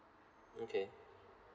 okay